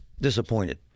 disappointed